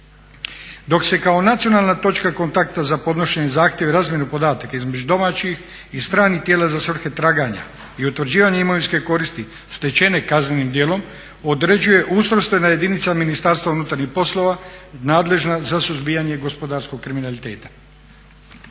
Dok se kao nacionalna točka kontakta za podnošenje zahtjeva i razmjenu podataka između domaćih i stranih tijela za svrhe traganja i utvrđivanje imovinske koristi stečene kaznenim djelom određuje ustrojstvena jedinica MUP-a nadležna za suzbijanje gospodarskog kriminaliteta.